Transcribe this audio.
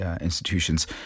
institutions